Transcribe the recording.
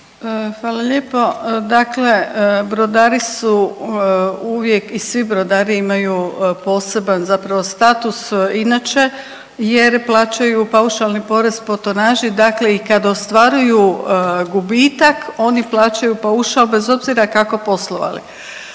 Hvala lijepo. Dakle, brodari su uvijek i svi brodari imaju poseban zapravo status inače jer plaćaju paušalni porez po tonaži. Dakle i kad ostvaruju gubitak oni plaćaju paušal bez obzira kako poslovali.